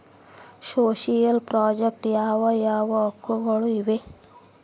Social project ಯಾವ ಯಾವ ಹಕ್ಕುಗಳು ಇವೆ?